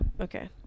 okay